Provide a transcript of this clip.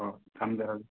ꯍꯣꯏ ꯊꯝꯖꯔꯒꯦ